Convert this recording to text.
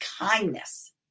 kindness